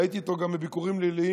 והייתי איתו גם בביקורים ליליים,